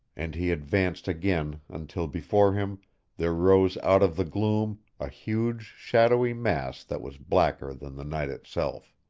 and he advanced again until before him there rose out of the gloom a huge shadowy mass that was blacker than the night itself.